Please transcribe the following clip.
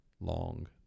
long